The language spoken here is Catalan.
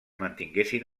mantinguessin